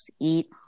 eat